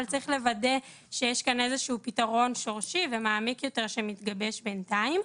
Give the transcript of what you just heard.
אבל צריך לוודא שיש כאן פתרון שורשי ומעמיק יותר שמתגבש בינתיים.